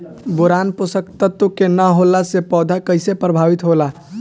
Boron पोषक तत्व के न होला से पौधा कईसे प्रभावित होला?